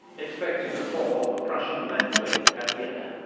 expecting to fall on the prussian left wing at yeah jena.